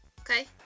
Okay